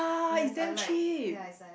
yes I like ya